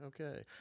okay